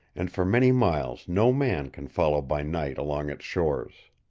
and for many miles no man can follow by night along its shores.